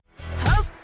Hope